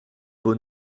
beau